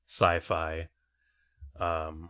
sci-fi